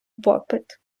попит